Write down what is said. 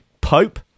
Pope